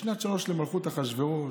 בשנת שלוש למלכות אחשוורוש.